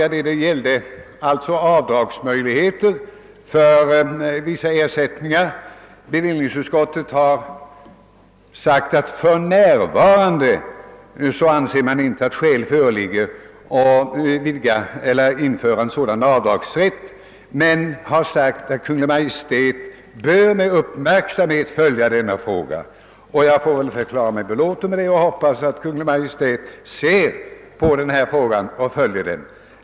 Det gäller avdragsmöjligheterna för vissa ersättningar. Bevillningsutskottet har sagt att »för närvarande» anser man inte att skäl föreligger att införa en sådan avdragsrätt men att Kungl. Maj:t bör med uppmärksamhet följa denna fråga. Jag får väl förklara mig belåten med detta och hoppas att Kungl. Maj:t ser på frågan och följer utvecklingen.